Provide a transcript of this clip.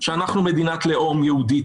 שאנחנו מדינת לאום יהודית.